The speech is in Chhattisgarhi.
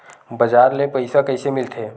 बजार ले पईसा कइसे मिलथे?